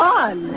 on